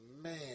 man